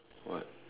what